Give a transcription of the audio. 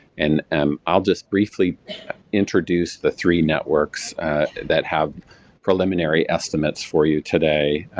and um i'll just briefly introduce the three networks that have preliminary estimates for you today,